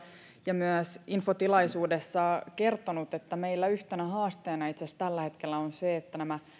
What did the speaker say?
ja myös infotilaisuudessa kertonut että meillä yhtenä haasteena itse asiassa tällä hetkellä on se että nämä